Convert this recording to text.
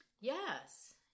Yes